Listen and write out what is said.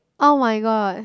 oh-my-god